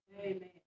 Amen